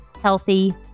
healthy